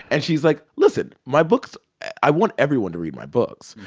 and she's like, listen. my books i want everyone to read my books.